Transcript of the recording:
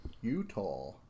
Utah